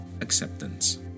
acceptance